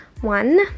One